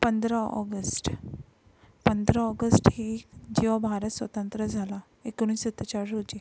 पंधरा ऑगस्ट पंधरा ऑगस्ट हे जेव्हा भारत स्वतंत्र झाला एकोणीस सत्तेचाळ रोजी